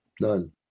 None